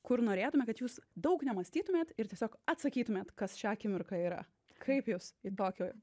kur norėtume kad jūs daug nemąstytumėt ir tiesiog atsakytumėt kas šią akimirką yra kaip jūs į tokį